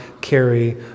carry